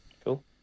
Cool